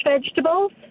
vegetables